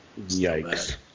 Yikes